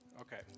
Okay